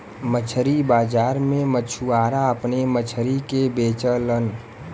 मछरी बाजार में मछुआरा अपने मछरी के बेचलन